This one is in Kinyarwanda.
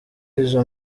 izo